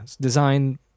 design